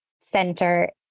center